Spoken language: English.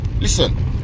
Listen